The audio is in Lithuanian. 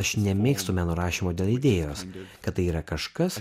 aš nemėgstu meno rašymo dėl idėjos kad tai yra kažkas